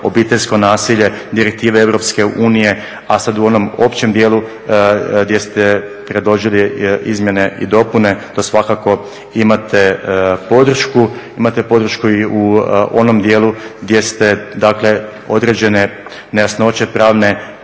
obiteljsko nasilje, direktive EU. A sad u onom općem dijelu gdje ste predložili izmjene i dopune to svakako imate podršku. Imate podršku i u onom dijelu gdje ste, dakle određene nejasnoće pravne